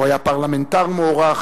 הוא היה פרלמנטר מוערך